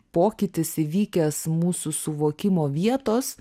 pokytis įvykęs mūsų suvokimo vietos